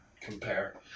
compare